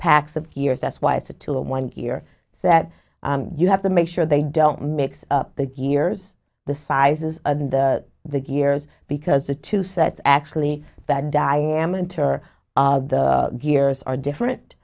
packs of years that's why it's a two and one year so that you have to make sure they don't mix up the years the sizes and the gears because the two sets actually that diameter of the gears are different